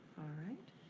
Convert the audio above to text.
right.